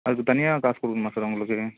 அதுக்கு தனியாக காசு கொடுக்கணுமா சார் உங்களுக்கு